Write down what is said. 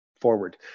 forward